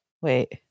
Wait